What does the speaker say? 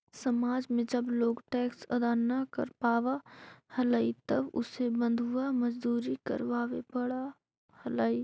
समाज में जब लोग टैक्स अदा न कर पावा हलाई तब उसे बंधुआ मजदूरी करवावे पड़ा हलाई